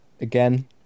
Again